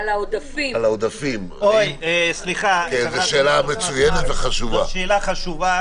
זו שאלה חשובה.